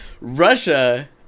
russia